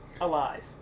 alive